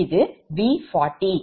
இது V40